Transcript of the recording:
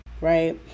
right